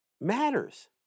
matters